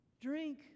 drink